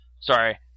sorry